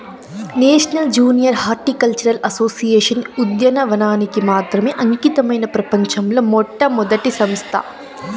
national junior horticultural association ఉద్యానవనానికి మాత్రమే అంకితమైన ప్రపంచంలో మొట్టమొదటి సంస్థ